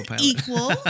equal